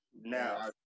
Now